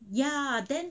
ya then